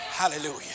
hallelujah